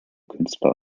künstler